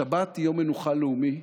השבת היא יום מנוחה לאומי,